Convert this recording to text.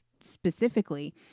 specifically